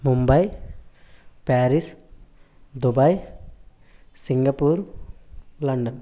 Mumbai Paris Dubai Singapore London